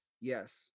Yes